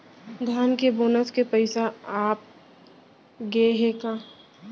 धान के बोनस के पइसा आप गे हे का?